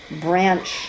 branch